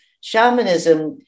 shamanism